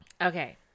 okay